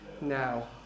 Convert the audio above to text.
now